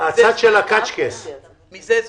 זמן רב,